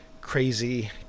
crazy